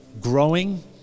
growing